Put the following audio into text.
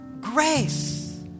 grace